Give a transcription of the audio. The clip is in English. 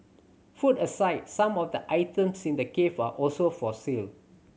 food aside some of the items in the cafe are also for sale